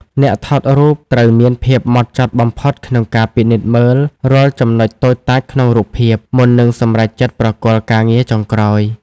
អ្នកថតរូបត្រូវមានភាពហ្មត់ចត់បំផុតក្នុងការពិនិត្យមើលរាល់ចំណុចតូចតាចក្នុងរូបភាព មុននឹងសម្រេចចិត្តប្រគល់ការងារចុងក្រោយ។